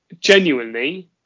Genuinely